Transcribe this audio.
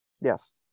Yes